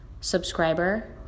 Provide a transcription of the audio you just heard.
subscriber